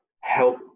help